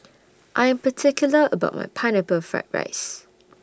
I Am particular about My Pineapple Fried Rice